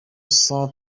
sans